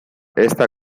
esta